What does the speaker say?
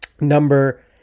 Number